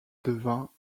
devient